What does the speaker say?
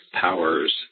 Powers